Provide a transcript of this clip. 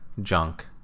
junk